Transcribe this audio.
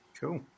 Cool